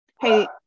Hey